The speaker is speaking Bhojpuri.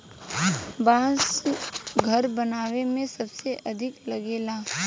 बांस घर बनावे में सबसे अधिका लागेला